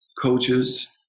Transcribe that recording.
coaches